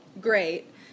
great